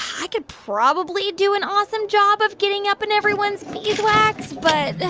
i could probably do an awesome job of getting up in everyone's beeswax. but.